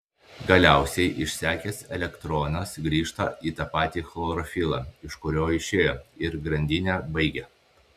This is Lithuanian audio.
galiausiai išsekęs elektronas grįžta į tą patį chlorofilą iš kurio išėjo ir grandinę baigia